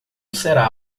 será